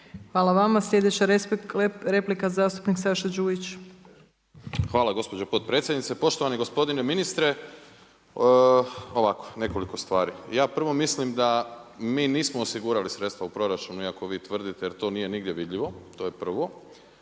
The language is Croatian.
Hvala. Sljedeća replika zastupnik Saša Đujić. **Đujić, Saša (SDP)** Hvala gospođo potpredsjednice. Poštovani gospodine ministre. Ovako, nekoliko stvari, ja prvo mislim da mi nismo osigurali sredstva u proračunu iako vi tvrdite jer to nije nigdje vidljivo, to je prvo.